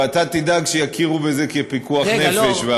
ואתה תדאג שיכירו בזה כפיקוח נפש,